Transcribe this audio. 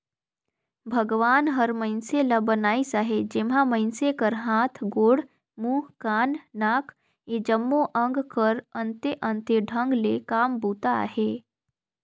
भगवान हर मइनसे ल बनाइस अहे जेम्हा मइनसे कर हाथ, गोड़, मुंह, कान, नाक ए जम्मो अग कर अन्ते अन्ते ढंग ले काम बूता अहे